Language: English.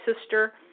sister